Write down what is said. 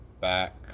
back